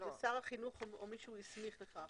זה שר החינוך או מי שהוא הסמיך לכך.